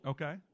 Okay